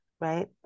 right